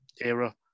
era